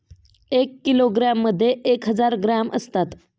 एक किलोग्रॅममध्ये एक हजार ग्रॅम असतात